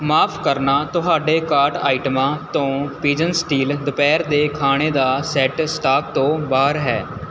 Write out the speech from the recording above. ਮਾਫ਼ ਕਰਨਾ ਤੁਹਾਡੇ ਕਾਰਟ ਆਈਟਮਾਂ ਤੋਂ ਪਿਜਨ ਸਟੀਲ ਦੁਪਹਿਰ ਦੇ ਖਾਣੇ ਦਾ ਸੈੱਟ ਸਟਾਕ ਤੋਂ ਬਾਹਰ ਹੈ